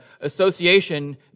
association